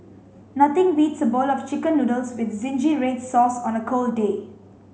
nothing beats a bowl of chicken noodles with red sauce on a cold day